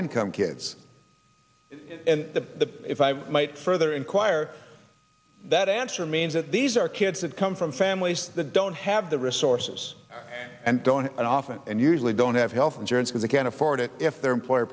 income kids and the if i might further in why or that answer means that these are kids that come from families that don't have the resources and don't often and usually don't have health insurance and they can't afford it if their employer